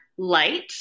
Light